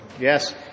Yes